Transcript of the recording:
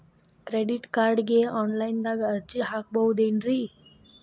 Credit ಕಾರ್ಡ್ಗೆ online ದಾಗ ಅರ್ಜಿ ಹಾಕ್ಬಹುದೇನ್ರಿ?